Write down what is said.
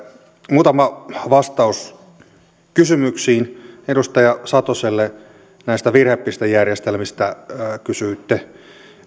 muutama vastaus kysymyksiin edustaja satoselle näistä virhepistejärjestelmistä kysyitte